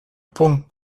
pont